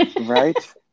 Right